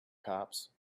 cops